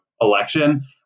election